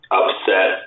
upset